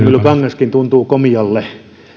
myllykangaskin tuntuu komialle